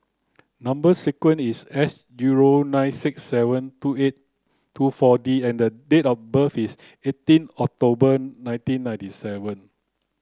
number sequence is S zero nine six seven two eight two four D and the date of birth is eighteen October nineteen ninety seven